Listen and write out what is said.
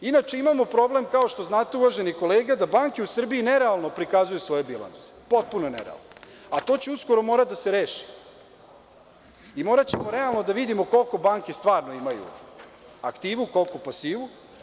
Inače, imamo problem, kao što znate uvaženi kolega da banke u Srbiji nerealno prikazuju svoje bilanse, potpuno nerealno, a to će uskoro morati da se reši i moraćemo realno da vidimo koliko banke stvarno imaju aktivu, koliku pasivu.